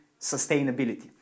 sustainability